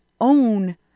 own